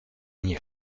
nie